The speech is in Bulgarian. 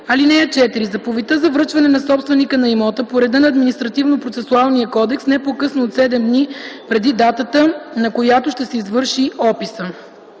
имота. (4) Заповедта се връчва на собственика на имота по реда на Административнопроцесуалния кодекс не по-късно от 7 дни преди датата, на която ще се извърши описа.